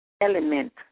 element